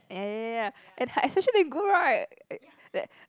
ya ya ya ya and her expression damn good right